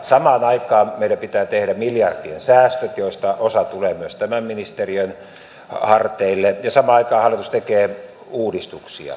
samaan aikaan meidän pitää tehdä miljardien säästöt joista osa tulee myös tämän ministeriön harteille ja samaan aikaan hallitus tekee uudistuksia